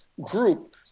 group